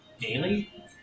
daily